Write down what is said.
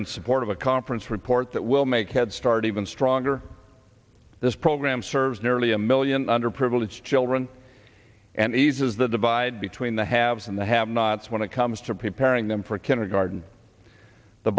in support of a conference report that will make head start even stronger this program serves nearly a million underprivileged children and eases the divide between the haves and the have nots when it comes to preparing them for kindergarten the